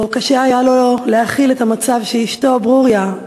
או קשה היה לו להכיל את המצב שאשתו ברוריה,